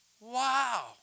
wow